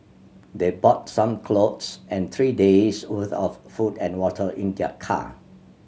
they brought some clothes and three days' worth of food and water in their car